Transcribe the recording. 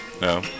No